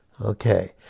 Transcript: Okay